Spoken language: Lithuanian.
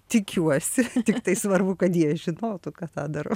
tikiuosi tiktai svarbu kad jie žinotų kad tą darau